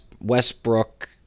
Westbrook